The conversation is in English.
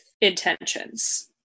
intentions